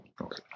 Okay